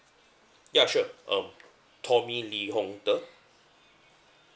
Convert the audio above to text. ya sure um tommy lee hong de